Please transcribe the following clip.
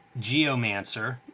Geomancer